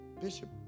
Bishop